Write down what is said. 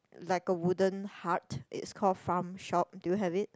like a wooden heart is called Farm Shop do you have it